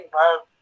love